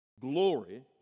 glory